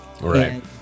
right